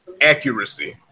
accuracy